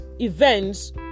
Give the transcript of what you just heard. events